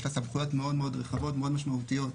יש לה סמכויות רחבות מאוד ומשמעותיות מאוד.